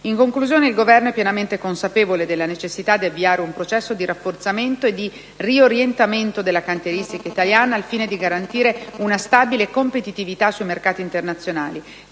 In conclusione, il Governo è pienamente consapevole della necessità di avviare un processo di rafforzamento e di riorientamento della cantieristica italiana al fine di garantire una stabile competitività sui mercati internazionali.